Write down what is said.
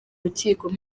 rukiko